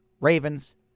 Ravens